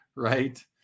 Right